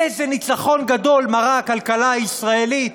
איזה ניצחון גדול מראה הכלכלה הישראלית